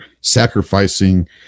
sacrificing